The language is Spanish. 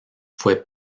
fue